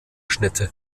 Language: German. schnitte